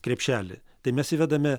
krepšelį tai mes įvedame